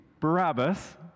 Barabbas